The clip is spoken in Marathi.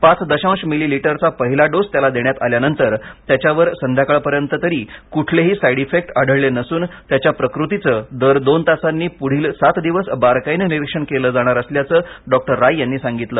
पाच दशांश मिलिमीटरचा पहिला डोस त्याला देण्यात आल्यानंतर त्याच्यावर संध्याकाळपर्यंत तरी कुठलेही साईडइफेक्ट आढळले नसून त्याच्या प्रकृतीचं दर दोन तासांनी पुढील सात दिवस बारकाईनं निरीक्षण केलं जाणार असल्याचं डॉक्टर राय यांनी सांगितलं